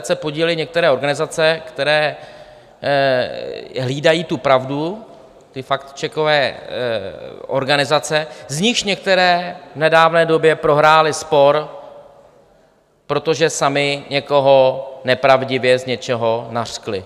se podílejí některé organizace, které hlídají tu pravdu, factcheckové organizace, z nichž některé v nedávné době prohrály spor, protože samy někoho nepravdivě z něčeho nařkly.